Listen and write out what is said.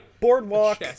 Boardwalk